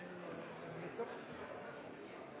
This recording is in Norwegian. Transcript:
det lagt opp